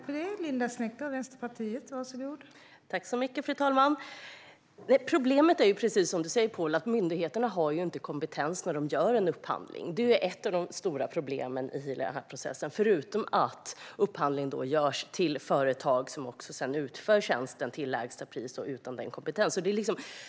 Fru talman! Problemet är, precis som du säger, Pål, att myndigheterna inte har kompetens när de gör en upphandling. Det är ett av de stora problemen i denna process, utöver att upphandling görs från företag som utför tjänsten till lägsta pris och utan den kompetens som krävs.